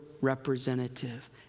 representative